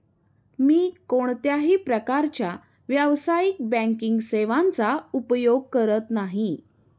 मी कोणत्याही प्रकारच्या व्यावसायिक बँकिंग सेवांचा उपयोग करत नाही